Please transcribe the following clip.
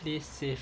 play safe